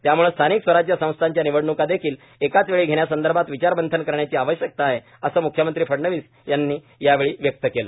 त्यामुळे स्थानिक स्वराज्य संस्थांच्या निवडणुकादेखील एकाच वेळी घेण्यासंदर्भात विचारमंथन करण्याची आवश्यकता आहे असं मुख्यमंत्री फडणवीस यांनी यावेळी व्यक्त केलं